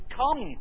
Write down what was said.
come